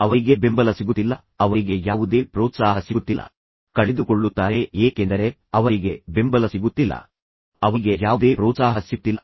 ಸ್ವಲ್ಪ ಸಮಯದ ನಂತರ ಅವರು ಎಲ್ಲಾ ಶಕ್ತಿ ಮತ್ತು ಉತ್ಸಾಹವನ್ನು ಕಳೆದುಕೊಳ್ಳುತ್ತಾರೆ ಏಕೆಂದರೆ ಅವರಿಗೆ ಬೆಂಬಲ ಸಿಗುತ್ತಿಲ್ಲ ಅವರಿಗೆ ಯಾವುದೇ ಪ್ರೋತ್ಸಾಹ ಸಿಗುತ್ತಿಲ್ಲ